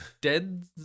dead